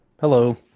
Hello